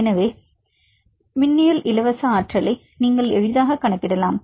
எனவே மின்னியல் இலவச ஆற்றலை நீங்கள் எளிதாகக் கணக்கிடலாம்